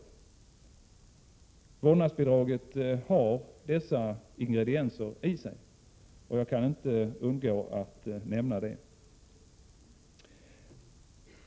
Förslaget om vårdnadsbidrag har dessa ingredienser, och jag kan inte underlåta att nämna det.